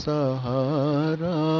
Sahara